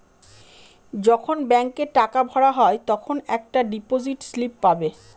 যখন ব্যাঙ্কে টাকা ভরা হয় তখন একটা ডিপোজিট স্লিপ পাবে